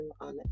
on